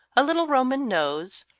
a little roman nose,